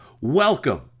Welcome